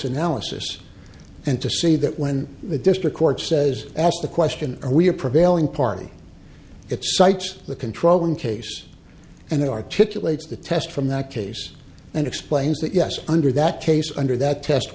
analysis and to see that when the district court says asked the question we are prevailing party it cites the controlling case and they articulate the test from that case and explains that yes under that case under that test